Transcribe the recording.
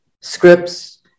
scripts